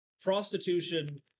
prostitution